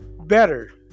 better